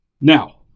Now